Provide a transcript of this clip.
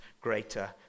greater